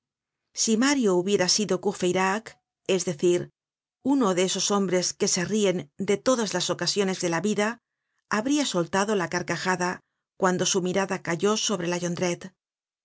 si mario hubiera sido courfeyrac es decir uno de esos hombres que serien en todas las ocasiones de la vida habria soltado la carcajada cuando su mirada cayó sobre la